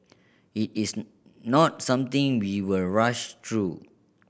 it is not something we will rush through